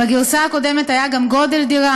בגרסה הקודמת היה גם גודל דירה,